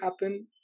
happen